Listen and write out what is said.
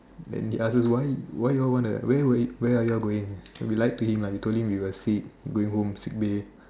then he ask us why why your wanna where where were where are your going we lied to him lah we told him we were sick going home sick Bay